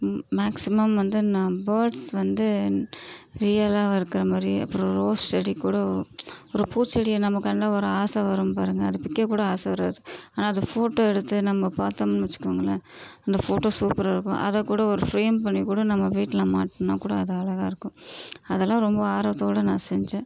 maximum வந்து நான் birds வந்து ரியலாக இருக்கிற மாதிரி அப்புறம் ரோஸ் செடி கூட ஒரு பூச்செடியை நம்ம கண்டால் ஒரு ஆசை வரும் பாருங்கள் அதை பிய்க்க கூட ஆசை வராது ஆனால் அதை ஃபோட்டோ எடுத்து நம்ம பார்த்தோம்னு வச்சுக்கோங்களேன் அந்த ஃபோட்டோ சூப்பராக இருக்கும் அதை கூட ஒரு ஃப்ரேம் பண்ணி கூட நம்ம வீட்டில் மாட்டினா கூட அது அழகாகருக்கும் அதலாம் ரொம்ப ஆர்வத்தோடு நான் செஞ்சேன்